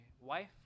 wife